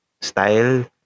style